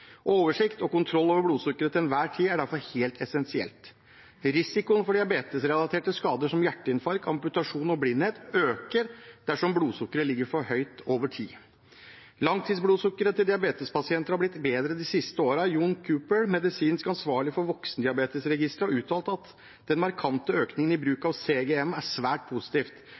Oversikt og kontroll over blodsukkeret til enhver tid er derfor helt essensielt. Risikoen for diabetesrelaterte skader som hjerteinfarkt, amputasjon og blindhet øker dersom blodsukkeret ligger for høyt over tid. Langtidsblodsukkeret til diabetespasienter har blitt bedre de siste årene. John Cooper, medisinsk ansvarlig for voksendiabetesregisteret, har uttalt at den markante økningen i bruk av CGM er svært